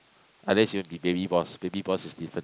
unless you want to be Baby-Boss Baby-Boss is different